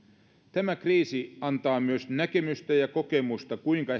tämä kriisi antaa myös näkemystä ja kokemusta siitä kuinka